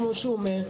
כמו שהוא אומר,